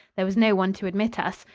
there was no one to admit us.